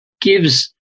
gives